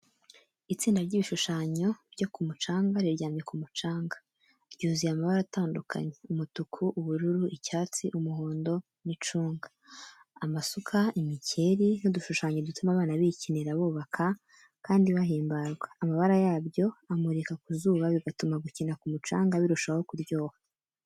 Itsinda ry’ibikinisho byo ku mucanga riryamye ku mucanga, ryuzuye amabara atandukanye: umutuku, ubururu, icyatsi, umuhondo n’icunga. Amasuka, imikeri n'udushushanyo dutuma abana bikinira, bubaka, kandi bahimbarwa. Amabara yabyo amurika ku zuba, bigatuma gukina ku mucanga birushaho kuryoha.